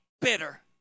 bitter